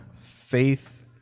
faith